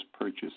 purchase